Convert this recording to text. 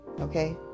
Okay